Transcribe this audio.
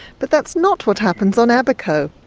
but that's not what happens on abaco.